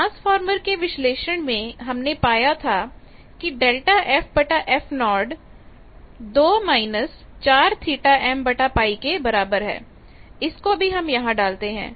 transformer के विश्लेषण में हमने पाया था कि Δf f 02−4θm π इसको भी यहां डालते हैं